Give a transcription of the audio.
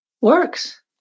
Works